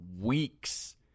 weeks